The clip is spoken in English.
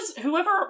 whoever